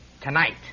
tonight